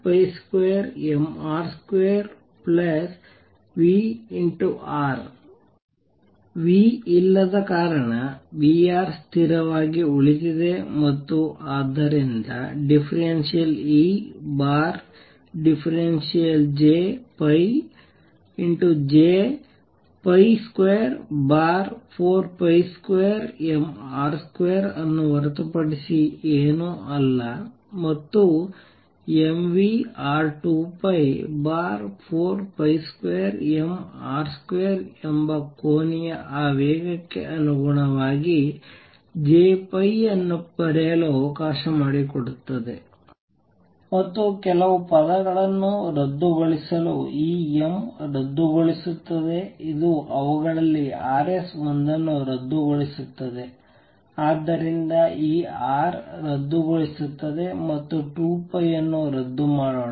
V ಇಲ್ಲದ ಕಾರಣ V ಸ್ಥಿರವಾಗಿ ಉಳಿದಿದೆ ಮತ್ತು ಆದ್ದರಿಂದ ∂EJ J242mR2 ಅನ್ನು ಹೊರತುಪಡಿಸಿ ಏನೂ ಅಲ್ಲ ಮತ್ತು mvR2π42mR2 ಎಂಬ ಕೋನೀಯ ಆವೇಗಕ್ಕೆ ಅನುಗುಣವಾಗಿ Jಅನ್ನು ಬರೆಯಲು ಅವಕಾಶ ಮಾಡಿಕೊಡುತ್ತದೆ ಮತ್ತು ಕೆಲವು ಪದಗಳನ್ನು ರದ್ದುಗೊಳಿಸಲು ಈ m ರದ್ದುಗೊಳಿಸುತ್ತದೆ ಇದು ಅವುಗಳಲ್ಲಿ Rs ಒಂದನ್ನು ರದ್ದುಗೊಳಿಸುತ್ತದೆ ಆದ್ದರಿಂದ ಈ R ರದ್ದುಗೊಳಿಸುತ್ತದೆ ಮತ್ತು 2 ಅನ್ನು ರದ್ದು ಮಾಡೋಣ